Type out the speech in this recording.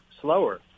slower